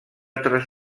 tres